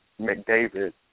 McDavid